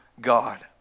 God